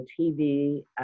TV